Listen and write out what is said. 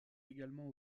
également